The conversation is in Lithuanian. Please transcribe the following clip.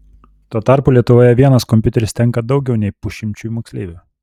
tuo tarpu lietuvoje vienas kompiuteris tenka daugiau kaip pusšimčiui moksleivių